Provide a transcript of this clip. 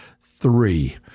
three